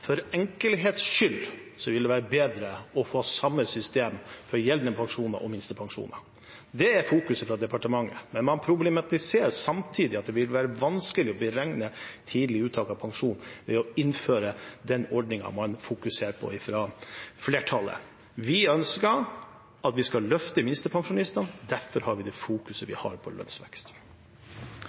for enkelhets skyld vil være bedre å få samme system for gjeldende pensjoner og minstepensjoner. Det er fokuset fra departementet, men man problematiserer samtidig at det vil være vanskelig å beregne tidlig uttak av pensjon ved å innføre den ordningen man fokuserer på fra flertallet. Vi ønsker at vi skal løfte minstepensjonistene. Derfor har vi det fokuset vi har på lønnsvekst.